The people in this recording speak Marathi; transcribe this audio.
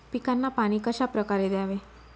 पिकांना पाणी कशाप्रकारे द्यावे?